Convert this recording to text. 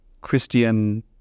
Christian